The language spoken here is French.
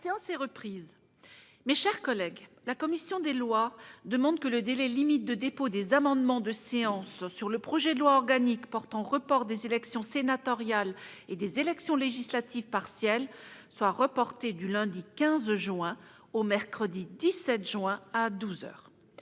Mes chers collègues, la commission des lois demande que le délai limite de dépôt des amendements de séance sur le projet de loi organique portant report des élections sénatoriales et des élections législatives partielles soit reporté du lundi 15 juin au mercredi 17 juin à douze heures.